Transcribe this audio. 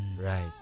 Right